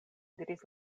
diris